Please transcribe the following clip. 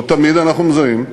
לא תמיד אנחנו מזהים,